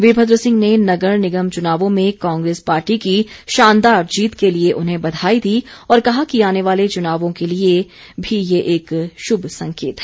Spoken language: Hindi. वीरभद्र सिंह ने नगर निगम चुनावों में कांग्रेस पार्टी की शानदार जीत के लिए उन्हें बधाई दी और कहा कि आने वाले चुनावों के लिए भी ये एक शुभ संकेत है